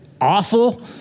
awful